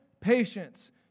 patience